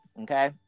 okay